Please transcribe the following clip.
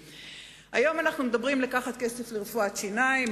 היום אנחנו מדברים על לקחת כסף לרפואת שיניים,